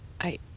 I-